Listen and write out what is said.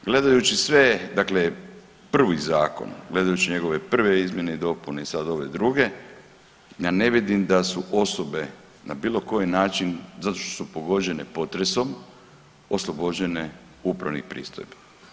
Gledajući sve dakle prvi zakon gledajući njegove prve izmjene i dopune i sad ove druge, ja ne vidim da su osobe na bilo koji način zato što su pogođene potresom oslobođene upravnih pristojbi.